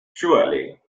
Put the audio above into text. surely